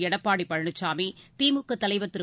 எடப்பாடி பழனிசாமி திமுக தலைவர் திரு